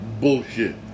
bullshit